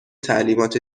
تعلیمات